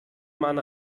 man